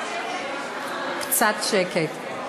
קצת שקט.